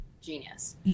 genius